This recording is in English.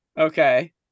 Okay